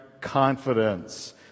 confidence